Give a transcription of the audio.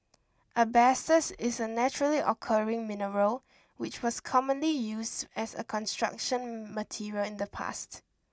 asbestos is a naturally occurring mineral which was commonly used as a construction material in the past